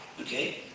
okay